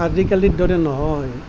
আজিকালিৰ দৰে নহয়